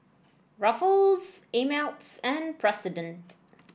Ruffles Ameltz and President